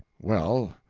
well,